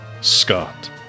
Scott